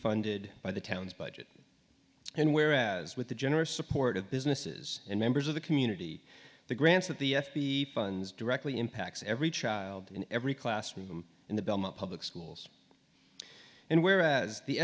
funded by the town's budget and whereas with the generous support of businesses and members of the community the grants that the f b funds directly impacts every child in every classroom in the public schools and whereas the